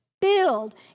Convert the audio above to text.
Build